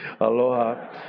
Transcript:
Aloha